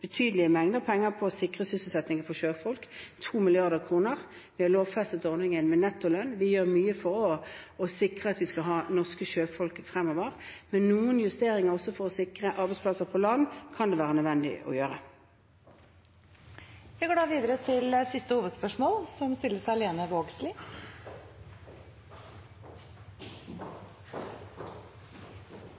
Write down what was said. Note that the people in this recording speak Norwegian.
betydelige mengder penger på å sikre sysselsettingen for sjøfolk: 2 mrd. kr. Vi har lovfestet ordningen med nettolønn. Vi gjør mye for å sikre at vi skal ha norske sjøfolk fremover, men noen justeringer også for å sikre arbeidsplasser på land kan det være nødvendig å gjøre. Vi går da videre til siste hovedspørsmål. Det er mange som